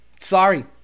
sorry